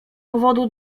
powodu